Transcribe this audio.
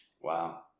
Wow